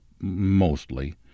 mostly